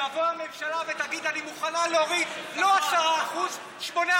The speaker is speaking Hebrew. תבוא הממשלה ותגיד: אני מוכנה להוריד לא 10% נכון.